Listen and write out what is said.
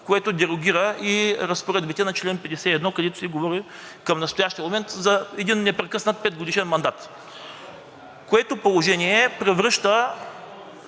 което дерогира и разпоредбите на чл. 51, където се говори към настоящия момент за един непрекъснат петгодишен мандат. Това положение превръща